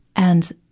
and,